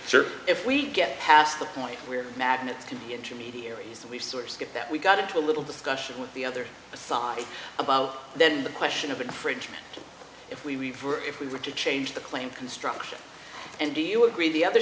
issue if we get past the point where magnets can intermediaries and we source get that we got into a little discussion with the other side about then the question of infringement if we were if we were to change the claim construction and do you agree the other